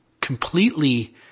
completely